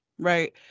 right